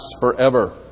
forever